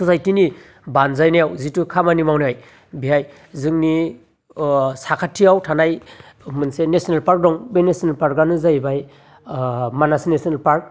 ससाइटिनि बानजायनायाव जितु खामानि मावनाय बेहाय जोंनि साखाथिआव थानाय मोनसे नेशनेल पार्क दं बे नेशनेल पार्कआनो जाहैबाय मानास नेशनेल पार्क